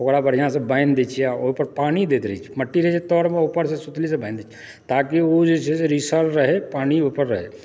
ओकरा बढ़िआँसँ बान्हि दय छियै और ओहिपर पानी दैतत रहै छी मट्टी रहै छै तरमऽ ऊपरसँ सुतली से बान्हि दैत छी ताकि ओ जे छै से रिसल रहै पानी ओहिपर रहय